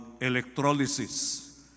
electrolysis